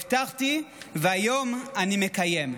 הבטחתי, והיום אני מקיים.